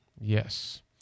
Yes